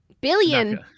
billion